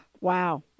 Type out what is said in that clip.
Wow